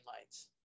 lights